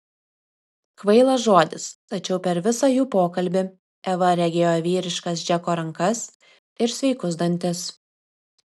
kvailas žodis tačiau per visą jų pokalbį eva regėjo vyriškas džeko rankas ir sveikus dantis